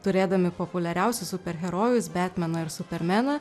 turėdami populiariausius superherojus betmeną ir supermeną